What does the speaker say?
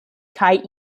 kaj